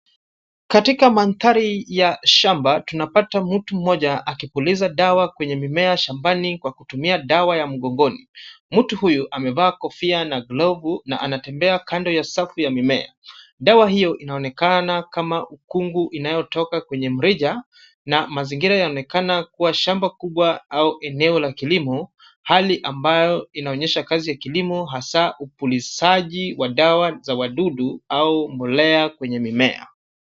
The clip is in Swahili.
Katika mandhari ya shamba, tunapata mtu mmoja akipuliza dawa kwenye mimea shambani kwa kutumia dawa ya mgongoni. Mtu huyu amevaa kofia na glovu na anatembea kando ya safu ya mimea. Dawa hiyo inaonekana kama ukungu inayotoka kwenye mrija, na mazingira yaonekana kuwa shamba kubwa au eneo la kilimo. Hali ambayo inaonyesha kazi ya kilimo hasa upulizaji wa dawa za wadudu au mbolea kwenye mimea.